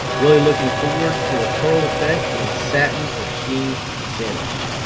really looking forward for the pearl effect in satin or sheen finish.